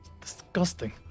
Disgusting